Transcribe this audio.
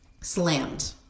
Slammed